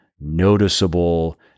noticeable